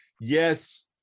yes